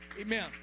Amen